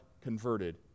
converted